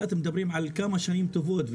אתם מדברים על כמה שנים טובות,